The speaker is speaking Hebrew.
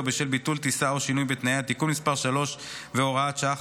בשל ביטול טיסה או שינוי בתנאיה) (תיקון מס' 3 והוראת שעה,